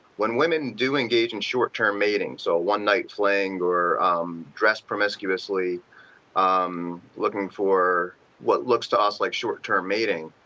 when women do engage in short-term mating or so one night fling or um dress promiscuously um looking for what looks to us like short-term mating.